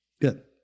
Good